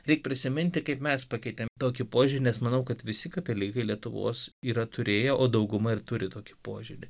reik prisiminti kaip mes pakeitėm tokį požiūrį nes manau kad visi katalikai lietuvos yra turėję o dauguma ir turi tokį požiūrį